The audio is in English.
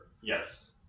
yes